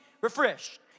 refreshed